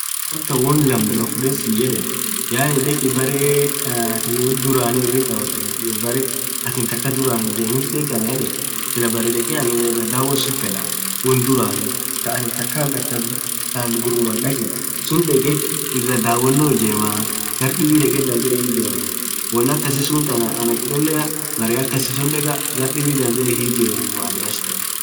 woo amtan won lamma dhurah fudhed siyedh yaani dhekhii berre(. ) woo won dhurani irithi dhawothenuf hiyoo berree thakhaa dhurani hii ijemin dhek Annan yedhe silah anin berre dhekhe woo iradhawodh suun fedha won dhurani thaanin thakha hindhakhabin ghuruman dheg sunn dhekhe iradhawonow ijemaaa gardhib dhedhe hiijemmu won akassunth Anna cholea berre akasisun dhekha gar dhibb dhandhe hiijemmu Anin ach dhekhaa